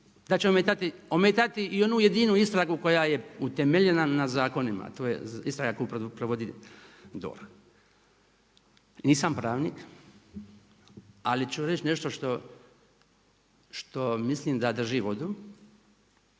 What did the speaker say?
da će ometati i onu jedinu istragu koja je utemeljena na zakonima a to je istraga koju provodi DORH. Nisam pravnik ali ću reći nešto što mislim da drži vodu